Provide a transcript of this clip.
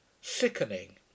sickening